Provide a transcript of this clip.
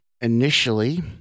initially